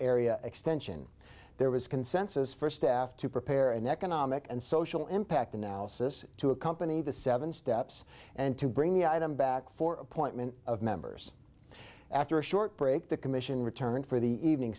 area extension there was consensus for staff to prepare an economic and social impact analysis to accompany the seven steps and to bring the item back for appointment of members after a short break the commission returned for the evening